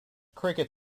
cricket